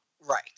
Right